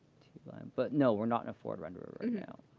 but, no, we're not in a forward renderer right now.